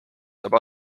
saab